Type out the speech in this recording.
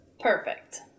Perfect